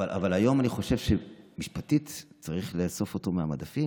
אבל היום אני חושב שמשפטית צריך לאסוף אותו מהמדפים.